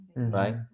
Right